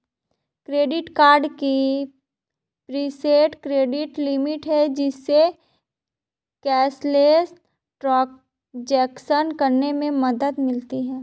credit card की preset credit limit है, जिससे कैशलेस ट्रांज़ैक्शन करने में मदद मिलती है